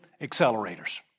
accelerators